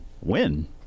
win